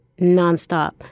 nonstop